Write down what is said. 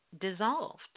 dissolved